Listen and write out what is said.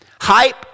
Hype